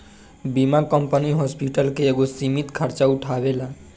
बीमा company hospital के एगो सीमित खर्चा उठावेला